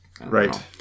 Right